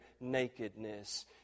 nakedness